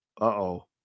Uh-oh